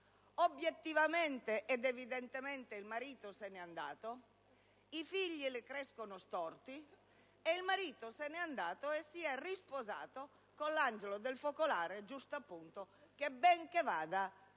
obiettivamente ed evidentemente il marito se n'è andato, i figli le crescono storti; il marito che se ne è andato si è risposato con l'angelo del focolare, che ben che vada